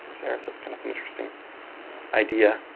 coursera, so it's kind of an interesting idea.